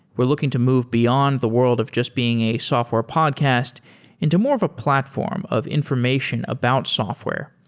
we're looking to move beyond the world of just being a software podcast into more of a platform of information about software.